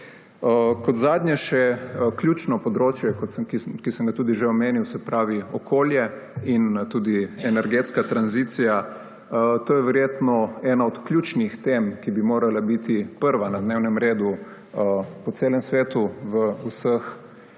Kot zadnje še ključno področje, ki sem ga tudi že omenil, okolje in energetska tranzicija. To je verjetno ena od ključnih tem, ki bi morala biti prva na dnevnem redu po celem svetu v vseh